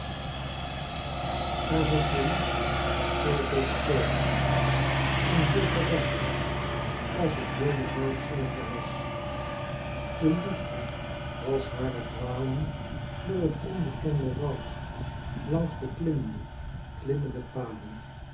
haar was de liefde vol betoovering en vol verrassing als het wilde woud zelve was de hefde was haar het d walen door het onbekende woud langs de klimmende klimmende paden